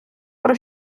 про